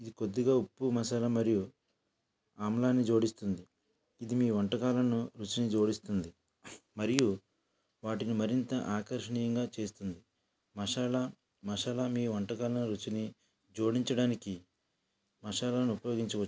ఇది కొద్దిగా ఉప్పు మసాలా మరియు ఆమ్లాన్ని జోడిస్తుంది ఇది మీ వంటకాలను రుచిని జోడిస్తుంది మరియు వాటిని మరింత ఆకర్షణీయంగా చేస్తుంది మసాలా మసాలా మీ వంటకాల రుచిని జోడించడానికి మసాలా ఉపయోగించవచ్చు